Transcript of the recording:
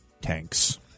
tanks